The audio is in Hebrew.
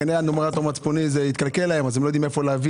כנראה התקלקל להם אז הם לא יודעים מאיפה להביא.